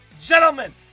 gentlemen